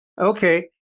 Okay